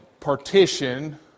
partition